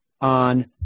on